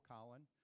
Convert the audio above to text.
Colin